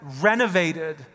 renovated